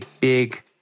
big